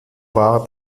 war